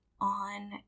on